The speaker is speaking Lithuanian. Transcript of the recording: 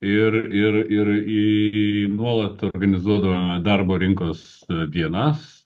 ir ir ir į nuolat organizuodavome darbo rinkos dienas